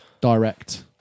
direct